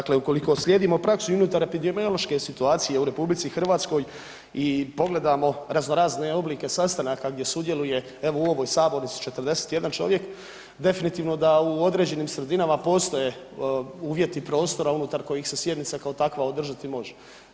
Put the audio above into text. Dakle, ukoliko slijedimo praksu i unutar epidemiološke situacije u Republici Hrvatskoj i pogledamo razno razne oblike sastanaka gdje sudjeluje evo u ovoj sabornici 41 čovjek definitivno da u određenim sredinama postoje uvjeti prostora unutar kojih se sjednica kao takva održati može.